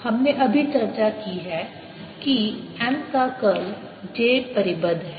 हमने अभी चर्चा की है कि M का कर्ल j परिबद्ध है